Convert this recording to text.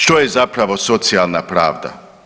Što je zapravo socijalna pravda?